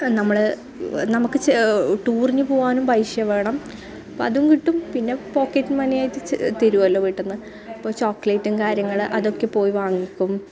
നമ്മൾ നമുക്ക് ടൂറിനു പോവാനും പൈസ വേണം അപ്പം അതും കിട്ടും പിന്നെ പോക്കറ്റ് മണിയായിട്ട് തരുമല്ലൊ വീട്ടിൽ നിന്ന് അപ്പോൾ ചോക്ക്ളേറ്റും കാര്യങ്ങളും അതൊക്കെ പോയി വാങ്ങിക്കും